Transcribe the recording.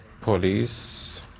police